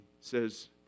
says